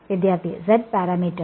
വിദ്യാർത്ഥി Z parameter